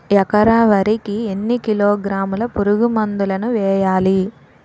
ఎకర వరి కి ఎన్ని కిలోగ్రాముల పురుగు మందులను వేయాలి?